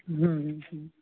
हूँ हूँ